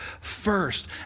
first